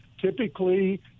typically